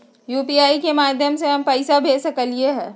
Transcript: UPI के माध्यम से हम पैसा भेज सकलियै ह?